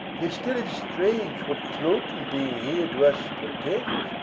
yet still it's strange what cloten's being here to us portends,